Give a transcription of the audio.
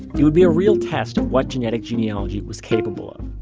it would be a real test of what genetic genealogy was capable of.